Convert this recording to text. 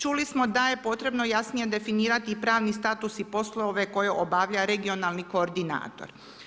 Čuli smo da je potrebno, jasnije definirati i pravni status i poslove koje obavlja regionalni koordinator.